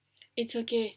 it's okay